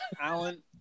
Alan